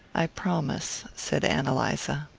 i promise, said ann eliza.